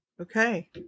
Okay